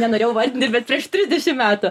nenorėjau vardinti bet prieš trisdešim metų